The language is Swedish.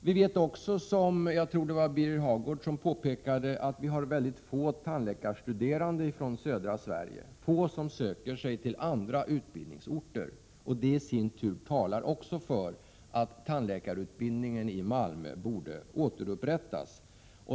Vi vet att vi också har — jag tror att det var Birger Hagård som påpekade det — få tandläkarstuderande från södra Sverige; få söker sig till andra utbildningsorter. Det i sin tur talar också för att tandläkarutbildningen i Malmö borde återupprättas.